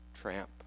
Tramp